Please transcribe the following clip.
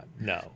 No